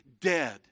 dead